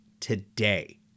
today